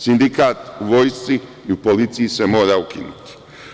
Sindikat u vojsci i policiji se mora ukinuti.